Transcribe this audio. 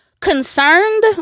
concerned